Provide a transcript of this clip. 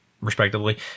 respectively